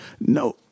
No